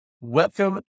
welcome